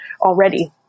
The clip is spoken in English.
already